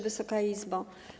Wysoka Izbo!